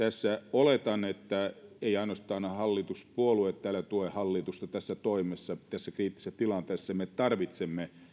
oletan että eivät ainoastaan hallituspuolueet täällä tue hallitusta tässä toimessa vaan tässä kriittisessä tilanteessa me tarvitsemme